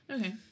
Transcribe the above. Okay